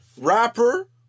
rapper